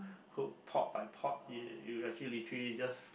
cook pot by pot you you actually literally just